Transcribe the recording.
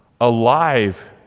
alive